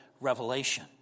Revelation